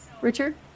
Richard